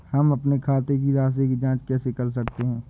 हम अपने खाते की राशि की जाँच कैसे कर सकते हैं?